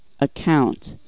Account